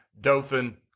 Dothan